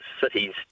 cities